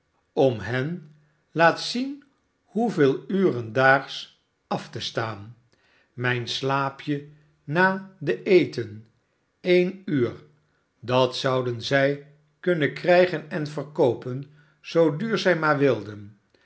om hen laat ien hoeveel uren daags af te staan mijn slaapje na den eten e'en uur dat zouden zij kunnen krijgen en verkoopen zoo duur zij maar wilden